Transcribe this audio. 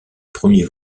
premier